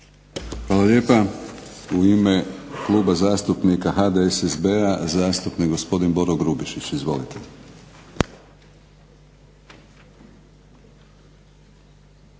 Hvala lijepa. U ime Kluba zastupnika HDSSB-a zastupnik gospodin Boro Grubišić. Izvolite.